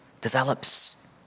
develops